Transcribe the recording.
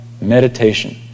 Meditation